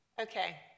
Okay